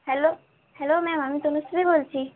hello hello ma'am আমি তনুশ্রী বলছি